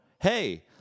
Hey